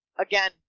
Again